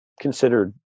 considered